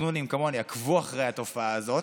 חנונים כמוני עקבו אחרי התופעה הזאת.